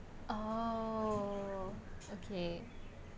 oh okay